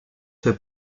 fait